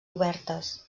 obertes